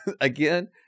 again